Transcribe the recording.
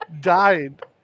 died